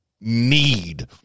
need